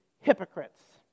hypocrites